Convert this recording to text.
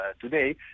today